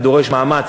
זה דורש מאמץ,